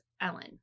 Ellen